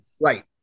Right